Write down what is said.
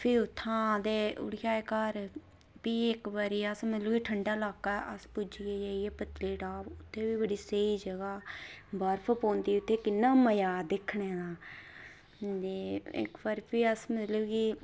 ते फ्ही उत्थां उठी आए घर भी अस इक्क बारी ठंडा ल्हाका अस पुज्जी गे जाइयै पत्तनीटाप उत्थै बी बड़ी स्हेई जगह बर्फ पौंदी उत्थै किन्ना मज़ा दिक्खने दा ते इक्क बारी भी अस मतलब कीि